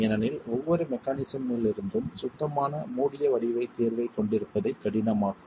ஏனெனில் ஒவ்வொரு மெக்கானிஸம் மிலிருந்தும் சுத்தமான மூடிய வடிவத் தீர்வைக் கொண்டிருப்பதை கடினமாக்கும்